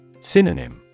Synonym